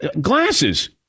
glasses